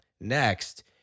Next